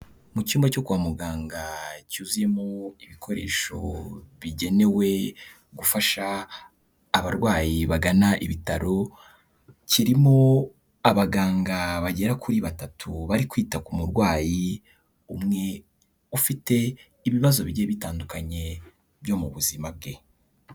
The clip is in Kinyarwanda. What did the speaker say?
Mu cyumba cyo kwa muganga cyuzuyemo ibikoresho bigenewe gufasha abarwayi bagana ibitaro, kirimo abaganga bagera kuri batatu bari kwita ku murwayi umwe ufite ibibazo bigiye bitandukanye byo mu buzima bwe.